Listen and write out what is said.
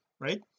right